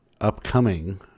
upcoming